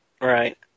right